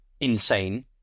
insane